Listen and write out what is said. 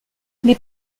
les